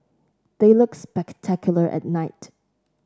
they look spectacular at night